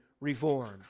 reformed